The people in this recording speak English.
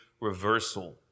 reversal